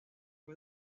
fue